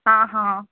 हँ हँ